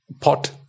pot